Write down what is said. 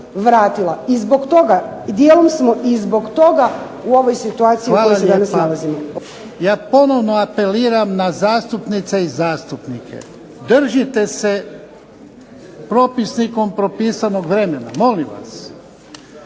vratila. I zbog toga, dijelom smo i zbog toga u ovoj situaciji u kojoj se danas nalazimo. **Jarnjak, Ivan (HDZ)** Hvala lijepa. Ja ponovno apeliram na zastupnice i zastupnike, držite se propisnikom propisanog vremena. Molim vas.